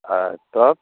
আর top